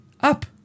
up